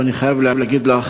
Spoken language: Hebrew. ואני חייב להגיד לך